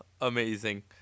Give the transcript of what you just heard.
amazing